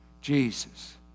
Jesus